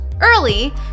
early